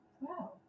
Wow